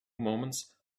moments